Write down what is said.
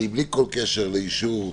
ובלי כל קשר לאישור,